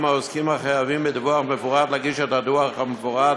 העוסקים החייבים בדיווח מפורט להגיש את הדוח המפורט